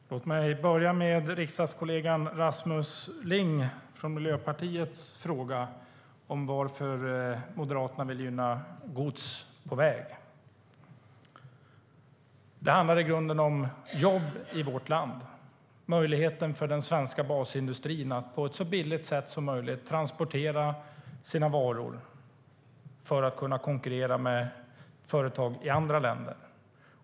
Fru talman! Låt mig börja med frågan från riksdagskollegan Rasmus Ling från Miljöpartiet om varför Moderaterna vill gynna gods på väg. Det handlar i grunden om jobb i vårt land och möjligheten för den svenska basindustrin att på ett så billigt sätt som möjligt transportera sina varor för att kunna konkurrera med företag i andra länder.